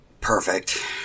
Perfect